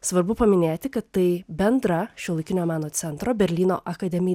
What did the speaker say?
svarbu paminėti kad tai bendra šiuolaikinio meno centro berlyno akademi